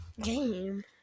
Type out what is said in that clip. game